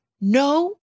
no